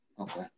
Okay